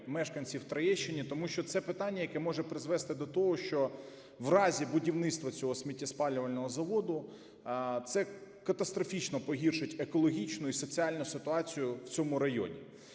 мешканців Троєщини, тому що це питання, яке може призвести до того, що в разі будівництва цього сміттєспалювального заводу це катастрофічно погіршить екологічну і соціальну ситуацію в цьому районі.